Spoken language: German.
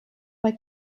bei